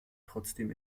trotzdem